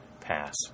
pass